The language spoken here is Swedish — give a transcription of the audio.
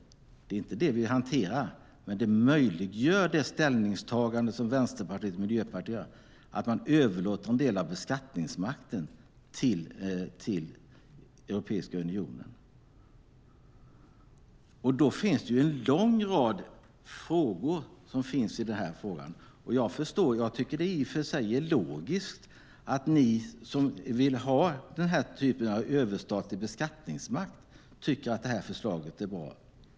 Det är inte det vi hanterar, men det ställningstagande som Vänsterpartiet och Miljöpartiet gör möjliggör att man överlåter en del av beskattningsmakten till Europeiska unionen. Då finns det en lång rad frågor. Jag tycker i och för sig att det är logiskt att ni som vill ha den här typen av överstatlig beskattningsmakt tycker att det här förslaget är bra.